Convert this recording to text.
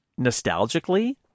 nostalgically